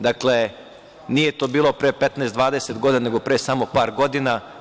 Dakle, nije to bilo pre 15, 20 godina, nego pre samo par godina.